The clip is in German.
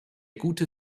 gute